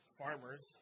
farmers